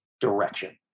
direction